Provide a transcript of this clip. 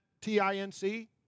T-I-N-C